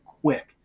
quick